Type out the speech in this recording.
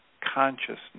consciousness